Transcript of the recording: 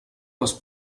les